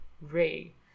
Ray